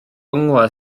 onglau